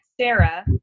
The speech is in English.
Sarah